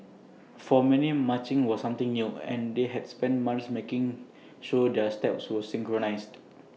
for many marching was something new and they had spent months making sure their steps were synchronised